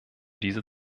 diese